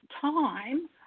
time